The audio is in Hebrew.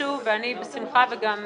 ביקשו ואני בשמחה אדון בזה,